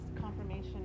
confirmation